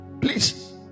please